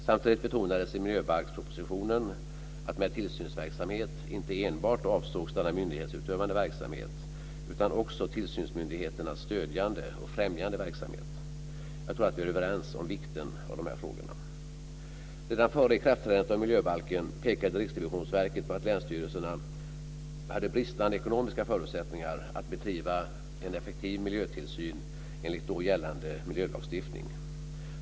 Samtidigt betonades i miljöbalkspropositionen att med tillsynsverksamhet inte enbart avsågs denna myndighetsutövande verksamhet utan också tillsynsmyndigheternas stödjande och främjande verksamhet. Jag tror att vi är överens om vikten av dessa frågor. Redan före ikraftträdandet av miljöbalken pekade Riksrevisionsverket på att länsstyrelserna hade bristande ekonomiska förutsättningar för att bedriva en effektiv miljötillsyn enligt då gällande miljölagstiftning.